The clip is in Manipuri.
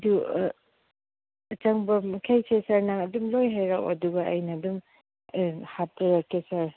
ꯑꯗꯨ ꯑꯆꯪꯕ ꯃꯈꯩꯁꯦ ꯁꯥꯔ ꯅꯪ ꯑꯗꯨꯝ ꯂꯣꯏ ꯍꯥꯏꯔꯛꯑꯣ ꯑꯗꯨꯒ ꯑꯩꯅ ꯑꯗꯨꯝ ꯍꯥꯞꯆꯔꯛꯀꯦ ꯁꯥꯔ